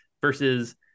versus